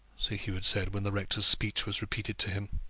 sir hugh had said, when the rector's speech was repeated to him.